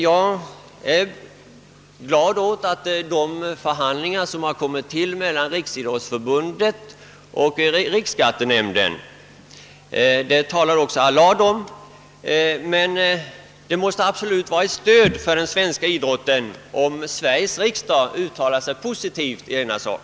Jag är glad över de förhandlingar mellan Riksindrottsförbundet och riksskattenämnden som också herr Allard talade om, men det måste vara ett stöd för den svenska idrotten om även Sveriges riksdag uttalar sig positivt i denna sak.